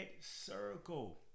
Circle